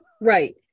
Right